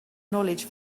knowledge